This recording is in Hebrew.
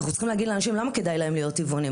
אנחנו צריכים להגיד לאנשים למה כדאי להם להיות טבעוניים.